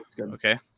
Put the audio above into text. Okay